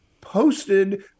posted